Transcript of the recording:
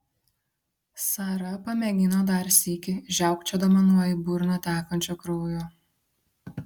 sara pamėgino dar sykį žiaukčiodama nuo į burną tekančio kraujo